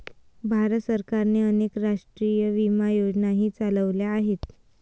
भारत सरकारने अनेक राष्ट्रीय विमा योजनाही चालवल्या आहेत